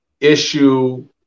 issue